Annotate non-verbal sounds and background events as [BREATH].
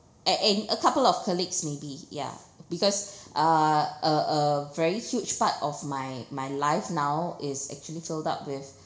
a~ and a couple of colleagues maybe ya because [BREATH] uh a a very huge part of my my life now is actually filled up with